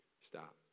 Stop